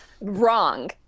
wrong